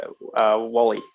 Wally